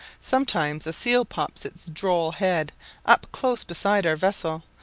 sometimes a seal pops its droll head up close beside our vessel,